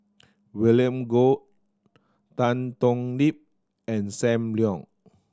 William Goode Tan Thoon Lip and Sam Leong